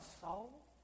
soul